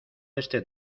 este